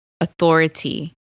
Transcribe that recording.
authority